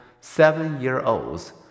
seven-year-olds